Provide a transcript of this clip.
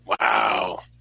Wow